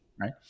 right